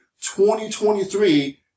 2023